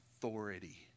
authority